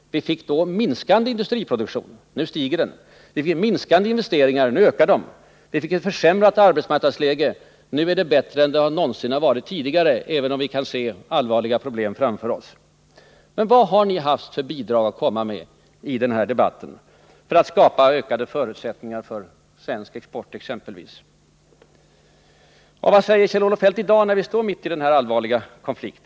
Vi fick då en minskad industriproduktion — nu stiger den. Vi fick minskade investeringar — nu ökar de. Vi fick ett försämrat arbetsmarknadsläge — nu är det bättre än det någonsin varit tidigare, även om vi kan se allvarliga problem framför oss. Men vad har ni haft för bidrag att komma med i den här debatten, för att exempelvis skapa ökade förutsättningar för svensk export? Vad säger Kjell-Olof Feldt i dag när vi står mitt i en allvarlig konflikt?